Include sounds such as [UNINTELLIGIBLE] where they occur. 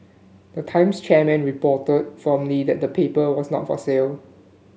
the Times chairman [UNINTELLIGIBLE] firmly that the paper was not for sale